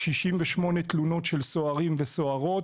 68 תלונות של סוהרים וסוהרות.